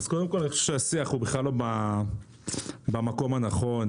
קודם כול, אני חושב שהשיח הוא לא במקום הנכון.